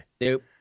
Nope